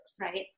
Right